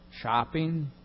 Shopping